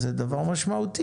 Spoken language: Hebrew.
אז זה דבר משמעותי.